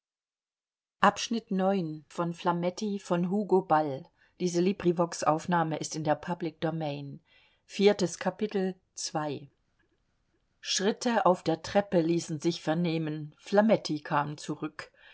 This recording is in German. beruhigen schritte auf der treppe ließen sich vernehmen flametti kam zurück